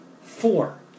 Four